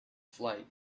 flight